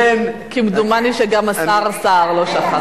כמדומני שגם השר סער לא שכח.